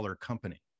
company